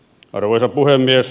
arvoisa puhemies